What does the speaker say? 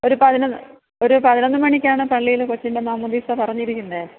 ഒരു പതിനൊന്ന് ഒരു പതിനൊന്ന് മണിക്കാണ് പള്ളിയിൽ കൊച്ചിൻ്റെ മാമോദിസ പറഞ്ഞിരിക്കുന്നത്